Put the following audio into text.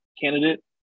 candidate